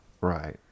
Right